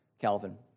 Calvin